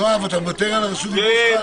יואב, אתה מוותר על רשות הדיבור?